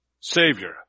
Savior